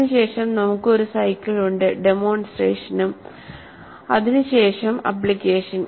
അതിനുശേഷം നമുക്ക് ഒരു സൈക്കിൾ ഉണ്ട് ഡെമോൺസ്ട്രേഷനും അതിനു ശേഷം ആപ്ലിക്കേഷൻ